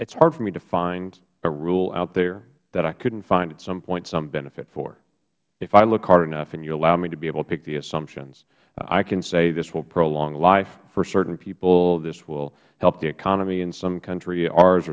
is hard for me to find a rule out there that i couldn't find at some point some benefit for if i look hard enough and you allow me to be able to pick the assumptions i can say this will prolong life for certain people this will help the economy in some country ours